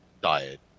diet